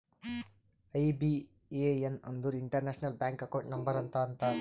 IBAN ಅಂದುರ್ international bank account number ಅಂತ ಅಂತಾರ್